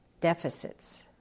deficits